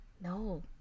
No